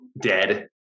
dead